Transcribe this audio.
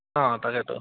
অঁ তাকেতো